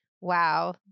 wow